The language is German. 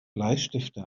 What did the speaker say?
bleistifte